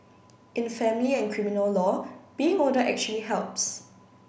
in family and criminal law being older actually helps